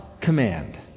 command